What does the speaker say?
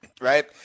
right